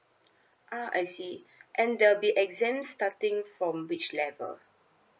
ah I see and there'll be exam starting from which level